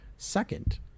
Second